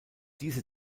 diese